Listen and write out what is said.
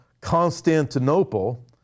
Constantinople